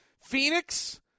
Phoenix